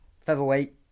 featherweight